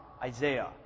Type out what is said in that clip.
Isaiah